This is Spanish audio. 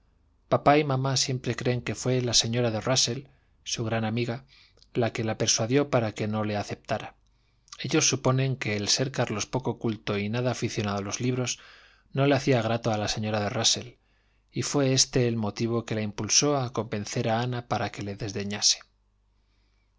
papá y mamá siempre creen que fué la señora de rusell su gran amiga la que la persuadió para que no le aceptara ellos suponen que el ser carlos poco culto y nada aficionado a libros no le hacía grato a la señora de rusell y fué éste el motivo que la impulsó a convencer a ana para que le desdeñase